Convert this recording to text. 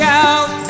out